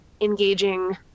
engaging